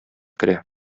керә